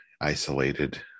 isolated